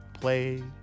play